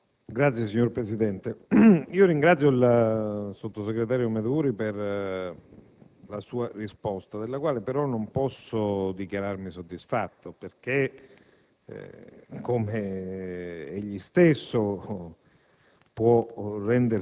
Signor Presidente, ringrazio il sottosegretario Meduri per la sua risposta, della quale però non posso dichiararmi soddisfatto, perché, come egli stesso